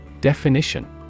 Definition